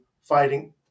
fighting